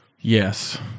Yes